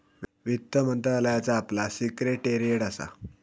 वित्त मंत्रालयाचा आपला सिक्रेटेरीयेट असा